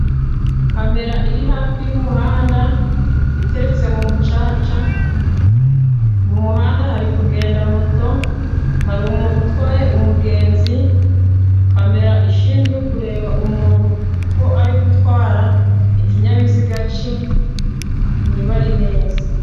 Kamera iri hafi y'umuhanda iteretse mu mucaca mu muhanda hari kugenda moto hari umuntu utwaye umugenzi. Kamera ishinzwe kureba umuntu uko ari gutwara ikinyabiziga cye niba ari neza.